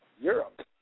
Europe